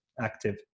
active